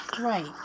Right